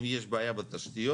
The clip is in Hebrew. אם יש בעיה בתשתיות,